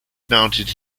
mounted